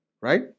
Right